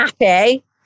happy